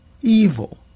evil